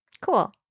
Cool